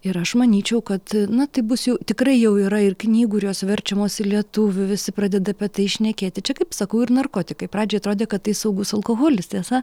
ir aš manyčiau kad na tai bus jau tikrai jau yra ir knygų ir jos verčiamos į lietuvių visi pradeda apie tai šnekėti čia kaip sakau ir narkotikai pradžioj atrodė kad tai saugus alkoholis tiesa